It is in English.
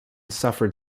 suffered